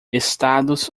estados